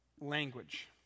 language